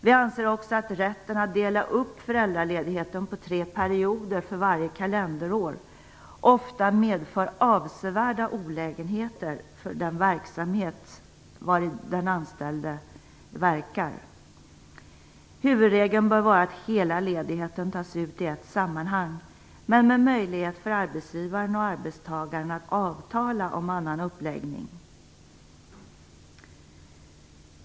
Vi anser också att rätten att dela upp föräldraledigheten på tre perioder för varje kalenderår ofta medför avsevärda olägenheter för den verksamhet i vilken den anställde verkar. Huvudregeln bör vara att hela ledigheten tas ut i ett sammanhang men med möjlighet för arbetsgivaren och arbetstagaren att avtala om annan uppläggning.